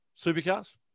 supercars